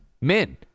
Men